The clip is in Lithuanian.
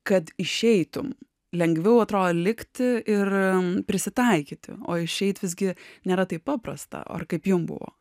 kad išeitum lengviau atrodo likti ir prisitaikyti o išeiti visgi nėra taip paprasta o ir kaip jum buvo